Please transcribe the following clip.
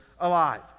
alive